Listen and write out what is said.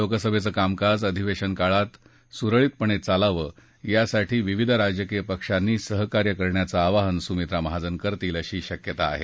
लोकसभेचं कामकाज अधिवेशन काळात सुरळीतपणे चालावं यासाठी विविध राजकीय पक्षांनी सहकार्य करण्याचं आवाहन सुमित्रा महाजन करतील अशी शक्यता आहे